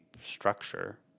structure